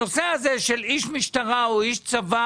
הנושא הזה של איש משטרה או איש צבא